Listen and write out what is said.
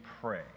pray